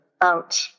out